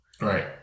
Right